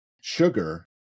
sugar